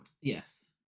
yes